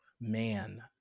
Man